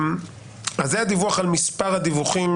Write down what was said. זה הדיווח על מספר הדיווחים